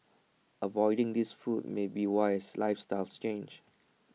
avoiding these foods may be wise lifestyles change